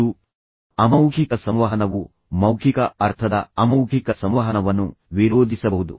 ಒಂದು ಅಮೌಖಿಕ ಸಂವಹನವು ಮೌಖಿಕ ಅರ್ಥದ ಅಮೌಖಿಕ ಸಂವಹನವನ್ನು ವಿರೋಧಿಸಬಹುದು